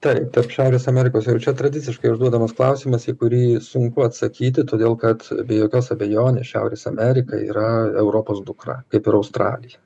taip tarp šiaurės amerikos jau čia tradiciškai užduodamas klausimas į kurį sunku atsakyti todėl kad be jokios abejonės šiaurės amerika yra europos dukra kaip ir australija